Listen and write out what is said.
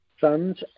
sons